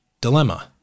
dilemma